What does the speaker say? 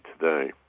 today